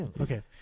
okay